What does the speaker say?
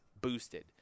boosted